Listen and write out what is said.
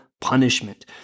punishment